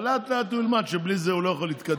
אבל לאט-לאט הוא ילמד שבלי זה הוא לא יכול להתקדם.